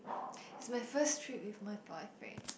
is my first trip with my boyfriend